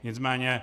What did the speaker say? Nicméně